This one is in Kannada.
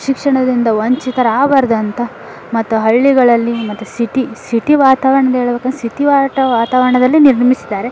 ಶಿಕ್ಷಣದಿಂದ ವಂಚಿತರಾಗ್ಬಾರ್ದು ಅಂತ ಮತ್ತು ಹಳ್ಳಿಗಳಲ್ಲಿ ಮತ್ತು ಸಿಟಿ ಸಿಟಿ ವಾತಾವರ್ಣದ್ದು ಹೇಳ್ಬೇಕಂದ್ ಸಿತಿ ವಾಟ ವಾತಾವರಣದಲ್ಲಿ ನಿರ್ಮಿಸಿದ್ದಾರೆ